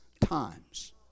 times